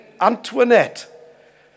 Antoinette